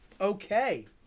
Okay